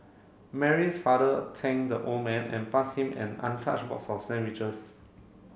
Mary's father thank the old man and pass him an untouched box of sandwiches